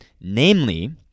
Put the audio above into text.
Namely